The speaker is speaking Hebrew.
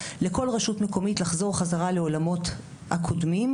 לכל רשות מקומית לחזור חזרה לעולמות הקודמים,